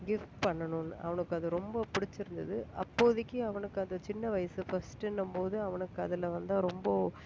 gift பண்ணணுன்னு அவனுக்கு அது ரொம்ப பிடிச்சிருந்துது அப்போதிக்கு அவனுக்கு அது சின்ன வயசு ஃபஸ்ட்டுன்னும் போது அவனுக்கு அதில் வந்து ரொம்ப